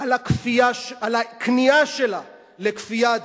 על הכניעה שלה לכפייה הדתית.